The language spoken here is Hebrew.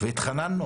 והתחננו